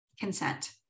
consent